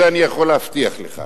את זה אני יכול להבטיח לך.